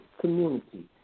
community